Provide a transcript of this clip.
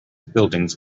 buildings